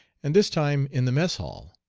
and this time in the mess hall.